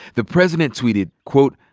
the president tweeted, quote,